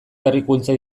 berrikuntza